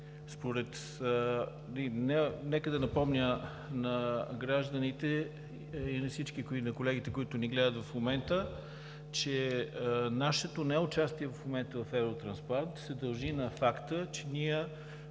нека да припомня на гражданите и на колегите, които ни гледат в момента, че нашето неучастие в момента в Евротрансплант се дължи на факта, че